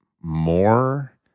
more